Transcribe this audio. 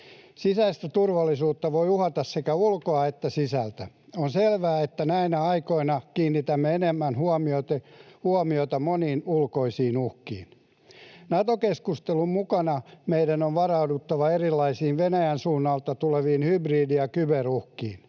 Sisäistä turvallisuutta voi uhata sekä ulkoa että sisältä. On selvää, että näinä aikoina kiinnitämme enemmän huomiota moniin ulkoisiin uhkiin. Nato-keskustelun mukana meidän on varauduttava erilaisiin Venäjän suunnalta tuleviin hybridi- ja kyberuhkiin.